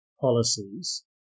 policies